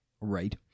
Right